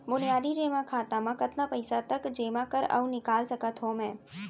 बुनियादी जेमा खाता म कतना पइसा तक जेमा कर अऊ निकाल सकत हो मैं?